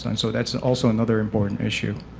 um so that's also another important issue.